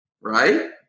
right